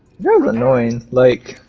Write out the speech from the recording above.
really annoying like